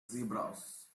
zebras